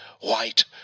white